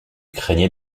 craignait